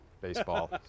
baseball